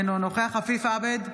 אינו נוכח עפיף עבד,